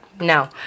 no